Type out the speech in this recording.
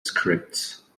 scripts